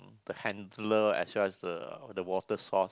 the handler as well as the the water source